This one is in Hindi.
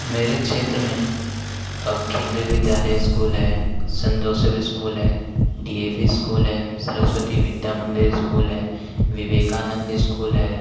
मेरे क्षेत्र में केन्द्रीय विद्यालय ईस्कूल है सन जोसेफ ईस्कूल है डी ए वी ईस्कूल है सरस्वती विद्या मंदिर ईस्कूल हैं विवेकानंद ईस्कूल है